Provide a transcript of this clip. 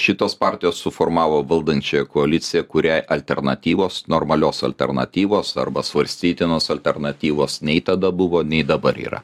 šitos partijos suformavo valdančiąją koaliciją kuriai alternatyvos normalios alternatyvos arba svarstytinos alternatyvos nei tada buvo nei dabar yra